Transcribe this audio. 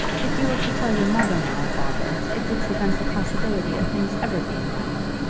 if you were to tell your mother now of all this, it would prevent the possibility of things ever being right.